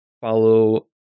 Follow